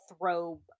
throw